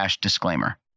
disclaimer